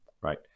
right